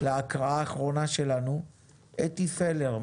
להקראה האחרונה שלנו אתי פלר,